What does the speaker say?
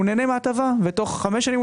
הוא נהנה מההטבה ואם הוא מממש אותה תוך חמש שנים,